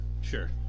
Sure